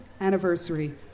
anniversary